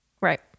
Right